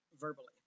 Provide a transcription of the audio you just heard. verbally